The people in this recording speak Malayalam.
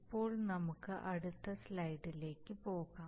ഇപ്പോൾ നമുക്ക് അടുത്ത സ്ലൈഡിലേക്ക് പോകാം